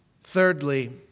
Thirdly